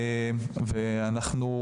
שנמצאות?